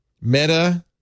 Meta